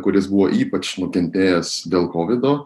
kuris buvo ypač nukentėjęs dėl kovido